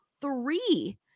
three